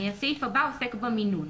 מינון